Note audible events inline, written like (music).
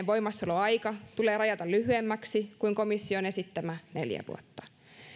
(unintelligible) voimassaoloaika tulee rajata lyhyemmäksi kuin komission esittämä neljä vuotta